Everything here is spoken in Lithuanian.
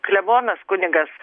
klebonas kunigas